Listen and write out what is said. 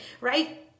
right